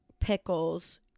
pickles